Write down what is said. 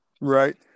Right